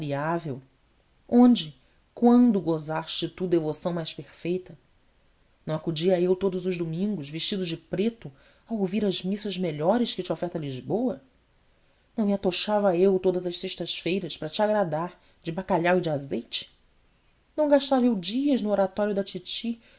e variável onde quando gozaste tu devoção mais perfeita não acudia eu todos os domingos vestido de preto a ouvir as missas melhores que te oferta lisboa não me atochava eu todas as sextas feiras para te agradar de bacalhau e de azeite não gastava eu dias no oratório da titi